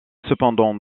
cependant